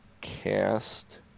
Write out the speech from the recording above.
cast